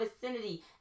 vicinity